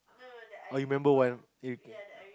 oh you remember one you